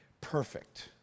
perfect